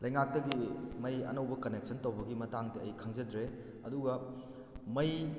ꯂꯩꯉꯥꯛꯇꯒꯤ ꯃꯩ ꯑꯅꯧꯕ ꯀꯅꯦꯛꯁꯟ ꯇꯧꯕꯒꯤ ꯃꯇꯥꯡꯗ ꯑꯩ ꯈꯪꯖꯗ꯭ꯔꯦ ꯑꯗꯨꯒ ꯃꯩ